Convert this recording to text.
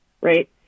right